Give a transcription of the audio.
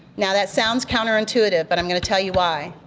now that sounds counter intuitive but i'm gonna tell you why.